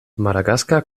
madagaskar